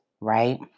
Right